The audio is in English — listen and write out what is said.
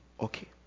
Okay